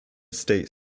state